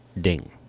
ding